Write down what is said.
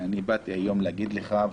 ואני באתי היום להגיד לך,